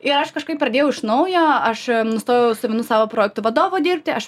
ir aš kažkaip pradėjau iš naujo aš nustojau su vienu savo projektų vadovu dirbti aš